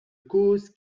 cause